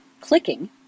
clicking